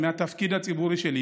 מהתפקיד הציבורי שלי,